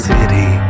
City